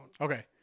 Okay